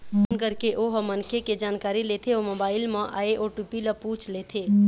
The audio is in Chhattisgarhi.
फोन करके ओ ह मनखे के जानकारी लेथे अउ मोबाईल म आए ओ.टी.पी ल पूछ लेथे